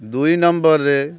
ଦୁଇ ନମ୍ବର୍ରେ